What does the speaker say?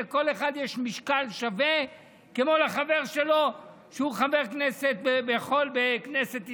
לכל אחד יש משקל שווה כמו לחבר שלו שהוא חבר כנסת בכנסת ישראל.